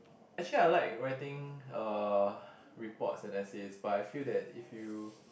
actually I like writing uh reports and essays but I feel that if you